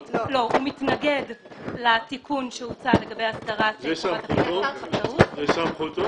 הוא מתנגד לתיקון שהוצע לגבי הסדרת חובת --- זה בסמכותו?